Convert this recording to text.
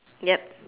yup